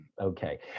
okay